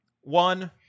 One